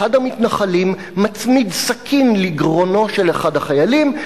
אחד המתנחלים מצמיד סכין לגרונו של אחד החיילים,